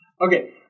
Okay